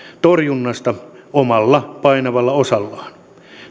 torjunnasta omalla painavalla osallaan